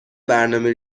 برنامه